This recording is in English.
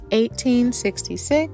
1866